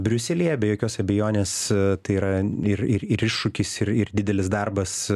briuselyje be jokios abejonės tai yra ir ir ir iššūkis ir ir didelis darbas